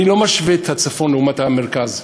אני לא משווה את הצפון למרכז.